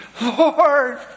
Lord